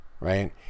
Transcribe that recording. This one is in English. right